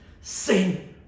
Sing